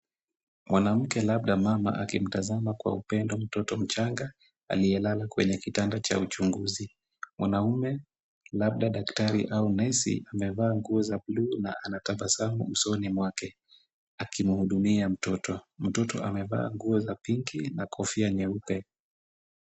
Mwanamke labda mama akimtazama kwa upendo mtoto mchanga aliyelala kwenye kitanda cha uchunguzi. Mwanaume labda daktari au nesi amevaa nguo za bluu na anatabasamu usoni mwake akimhudumia mtoto. Mtoto amevaa nguo za pinki na kofia nyeupe.